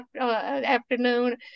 afternoon